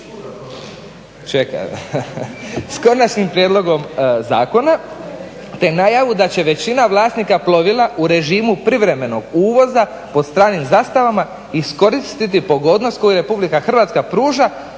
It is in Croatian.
s konačnim prijedlogom zakona, te najavu da će većina vlasnika plovila u režimu privremenog uvoza pod stranim zastavama iskoristiti pogodnost koju Republika Hrvatska pruža